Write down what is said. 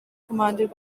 commanded